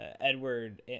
Edward